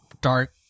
dark